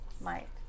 Mike